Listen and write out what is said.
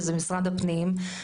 שזה משרד הפנים,